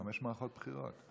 חמש מערכות בחירות.